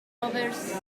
controversy